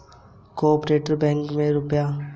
को आपरेटिव बैंकों मे रुपया मुख्य रूप से जमा किया जाता है